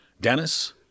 Dennis